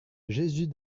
jésus